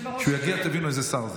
כשהוא יגיע, תבינו איזה שר זה.